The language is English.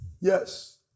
Yes